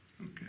Okay